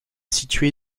située